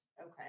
Okay